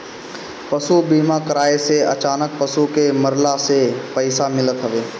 पशु बीमा कराए से अचानक पशु के मरला से पईसा मिलत हवे